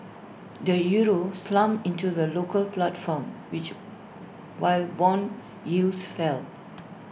the euro slumped in to the local platform which while Bond yields fell